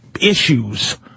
issues